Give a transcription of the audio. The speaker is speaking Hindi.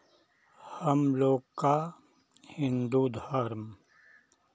हमलोग का हिन्दू धर्म